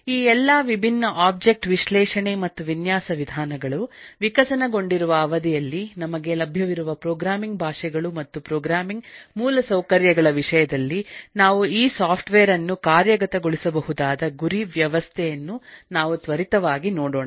ಈ ಎಲ್ಲಾ ವಿಭಿನ್ನ ಒಬ್ಜೆಕ್ಟ್ ವಿಶ್ಲೇಷಣೆ ಮತ್ತು ವಿನ್ಯಾಸವಿಧಾನಗಳು ವಿಕಸನಗೊಂಡಿರುವಅವಧಿಯಲ್ಲಿನಮಗೆ ಲಭ್ಯವಿರುವ ಪ್ರೋಗ್ರಾಮಿಂಗ್ ಭಾಷೆಗಳು ಮತ್ತು ಪ್ರೋಗ್ರಾಮಿಂಗ್ ಮೂಲಸೌಕರ್ಯಗಳವಿಷಯದಲ್ಲಿನಾವು ಈ ಸಾಫ್ಟ್ವೇರ್ ಅನ್ನುಕಾರ್ಯಗತಗೊಳಿಸಬಹುದಾದ ಗುರಿ ವ್ಯವಸ್ಥೆಯನ್ನು ನಾವು ತ್ವರಿತವಾಗಿ ನೋಡೋಣ